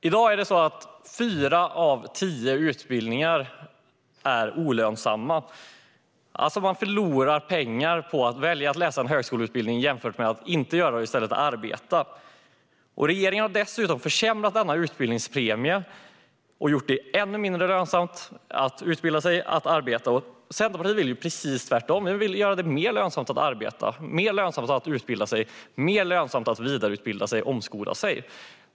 I dag är fyra av tio utbildningar olönsamma på så sätt att man förlorar pengar på att välja att läsa en högskoleutbildning jämfört med att inte göra det och i stället arbeta. Regeringen har dessutom försämrat denna utbildningspremie och gjort det ännu mindre lönsamt att utbilda sig - och att arbeta. Centerpartiet vill göra precis tvärtom. Vi vill göra det mer lönsamt att arbeta, mer lönsamt att utbilda sig och mer lönsamt att vidareutbilda eller omskola sig.